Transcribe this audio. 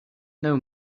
know